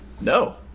No